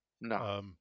No